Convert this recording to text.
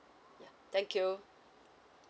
yeah thank you